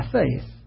faith